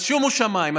אז שומו שמיים.